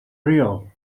real